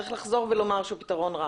צריך לחזור ולומר שהוא פתרון רע.